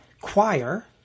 Choir